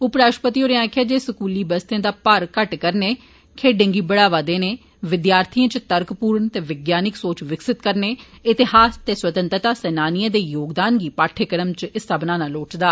उप राष्ट्रपति होरें आक्खेया जे स्कूली बस्तें दा भार घट्ट करने खेड़े गी बढ़ावा देने विद्यार्थिए इच र्तकपूर्ण ते वैज्ञानिक सोच विकसित करने इतिहास ते स्वतंत्रता सैनानिए दे योगदान गी पाठ्यक्रम दा हिस्सा बनाना लोढ़चदा